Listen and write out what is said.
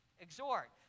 exhort